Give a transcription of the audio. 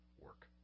work